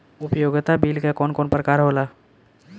उपयोगिता बिल के कवन कवन प्रकार होला?